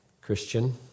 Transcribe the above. Christian